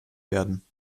werden